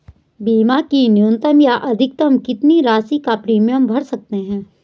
बीमा की न्यूनतम या अधिकतम कितनी राशि या प्रीमियम भर सकते हैं?